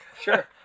Sure